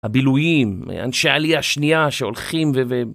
הביל"ויים, אנשי עלי השנייה שהולכים ו...